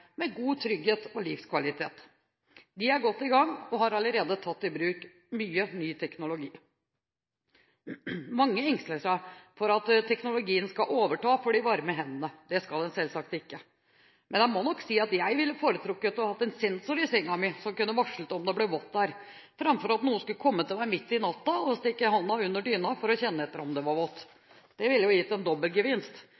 med god trygghet og livskvalitet. De er godt i gang og har allerede tatt i bruk mye ny teknologi. Mange engster seg for at teknologien skal overta for de varme hendene. Det skal den selvsagt ikke. Men jeg må si at jeg ville ha foretrukket å ha en sensor i sengen min som kunne varsle om det ble vått der, framfor at noen skulle komme til meg midt på natten for å stikke hånden under dynen for å kjenne etter om det var